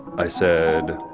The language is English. i said,